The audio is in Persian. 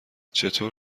چطور